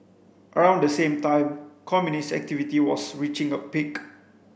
around the same time communist activity was reaching a peak